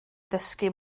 ddysgu